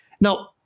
Now